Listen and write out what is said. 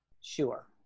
Sure